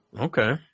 Okay